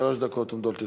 שלוש דקות עומדות לרשותך.